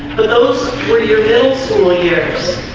but those were your middle school years